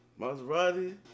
Maserati